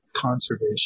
conservation